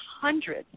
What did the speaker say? hundreds